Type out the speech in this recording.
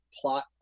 plot